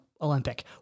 Olympic